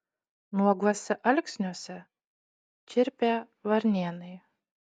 nuoguose alksniuose čirpė varnėnai